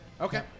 Okay